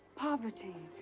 poverty.